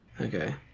Okay